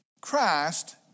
Christ